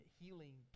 healing